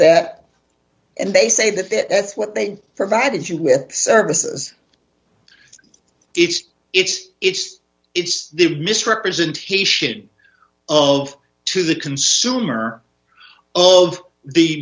that and they say that that's what they provided you with services it's it's it's it's the misrepresentation of to the consumer of the